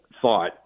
thought